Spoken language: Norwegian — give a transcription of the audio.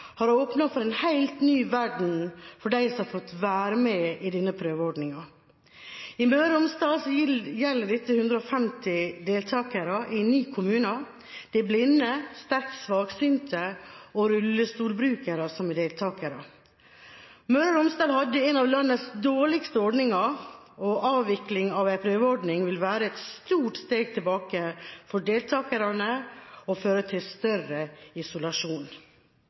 har åpnet en helt ny verden for dem som har fått være med i denne prøveordningen. I Møre og Romsdal gjelder dette 150 deltakere i ni kommuner. Det er blinde, sterkt svaksynte og rullestolbrukere som er deltakere. Møre og Romsdal hadde en av landets dårligste ordninger. Avvikling av en prøveordning vil være et stort steg tilbake for deltakerne og vil føre til større isolasjon.